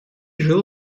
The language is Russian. жил